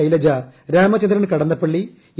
Shailaja Ramachandran Kadannappally A